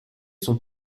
son